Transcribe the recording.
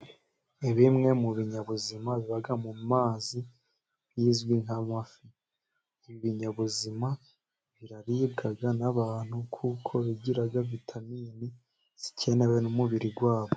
Bimwe mu binyabuzima biba mu mazi bizwi nk'amafi, ibinyabuzima biraribwa n'abantu, kuko bigiraga vitamini zikenewe n'umubiri wabo.